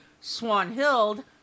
Swanhild